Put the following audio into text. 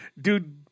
Dude